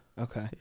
Okay